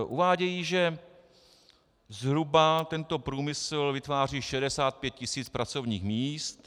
Uvádějí, že zhruba tento průmysl vytváří 65 tisíc pracovních míst.